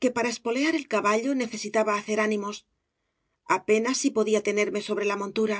que para espolear el caballo necesitaba hacer ánimos apenas si podía tenerme sobre la montura